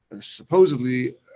supposedly